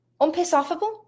unpiss-offable